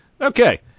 Okay